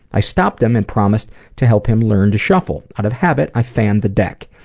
i stopped him and promised to help him learn to shuffle. out of habit, i fanned the deck.